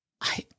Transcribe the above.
I-